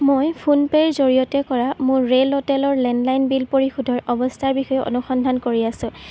মই ফোন পেৰ জৰিয়তে কৰা মোৰ ৰে 'লটেলৰ লেণ্ডলাইন বিল পৰিশোধৰ অৱস্থাৰ বিষয়ে অনুসন্ধান কৰি আছো